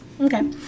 Okay